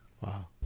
wow